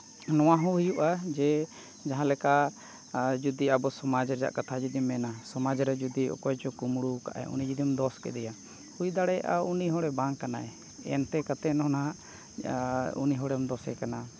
ᱱᱚᱣᱟ ᱦᱚᱸ ᱦᱩᱭᱩᱜᱼᱟ ᱡᱮ ᱡᱟᱦᱟᱸ ᱞᱮᱠᱟ ᱡᱩᱫᱤ ᱟᱵᱚ ᱥᱚᱢᱟᱡᱽ ᱨᱮᱭᱟᱜ ᱠᱟᱛᱷᱟ ᱡᱩᱫᱤᱢ ᱢᱮᱱᱟ ᱥᱚᱢᱟᱡᱽ ᱨᱮ ᱡᱩᱫᱤ ᱚᱠᱚᱭ ᱪᱚ ᱠᱩᱢᱵᱲᱩ ᱟᱠᱟᱫ ᱟᱭ ᱩᱱᱤ ᱡᱩᱫᱤᱢ ᱫᱳᱥ ᱠᱮᱫᱮᱭᱟ ᱦᱩᱭᱫᱟᱲᱮᱭᱟᱜᱼᱟ ᱩᱱᱤ ᱦᱚᱲᱮ ᱵᱟᱝ ᱠᱟᱱᱟᱭ ᱮᱱᱛᱮ ᱠᱟᱛᱮᱫ ᱦᱚᱸ ᱱᱟᱦᱟᱜ ᱟᱨ ᱩᱱᱤ ᱦᱚᱲᱮᱢ ᱫᱳᱥᱮ ᱠᱟᱱᱟ